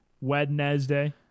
Wednesday